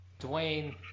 Dwayne